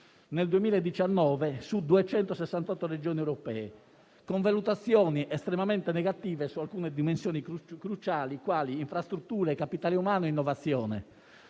nel 2019 su 268 Regioni europee, con valutazioni estremamente negative su alcune dimensioni cruciali quali infrastrutture, capitale umano e innovazione.